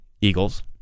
Eagles